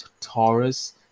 Taurus